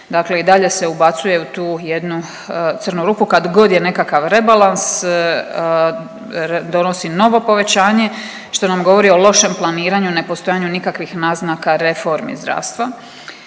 dakle i dalje se ubacuje u tu jednu crnu rupu. Kadgod je nekakav rebalans donosi novo povećanje što nam govori o lošem planiranju, nepostojanju nikakvih naznaka reformi zdravstva.